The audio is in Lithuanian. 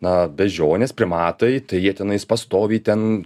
na beždžionės primatai tai jie tenais pastoviai ten